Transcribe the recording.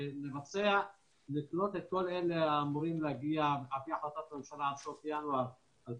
שנקלוט את כל האמורים להגיע על פי החלטת הממשלה עד סוף ינואר 2021,